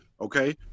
okay